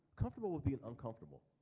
comfortable with being uncomfortable.